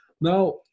Now